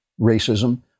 racism